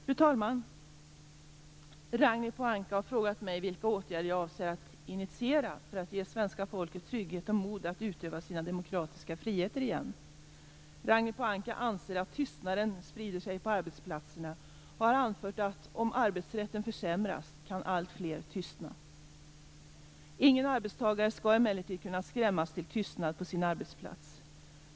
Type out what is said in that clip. Fru talman! Ragnhild Pohanka har frågat mig vilka åtgärder jag avser att initiera för att ge svenska folket trygghet och mod att utöva sina demokratiska friheter igen. Ragnhild Pohanka anser att tystnaden sprider sig på arbetsplatserna och har anfört att om arbetsrätten försämras kan alltfler tystna. Ingen arbetstagare skall emellertid kunna skrämmas till tystnad på sin arbetsplats.